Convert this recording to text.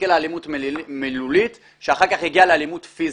התחילה אלימות מילולית שאחר כך הגיעה לאלימות פיזית.